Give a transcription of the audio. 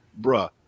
Bruh